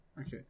Okay